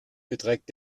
beträgt